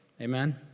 Amen